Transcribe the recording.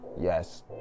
yes